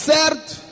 Certo